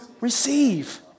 receive